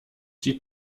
die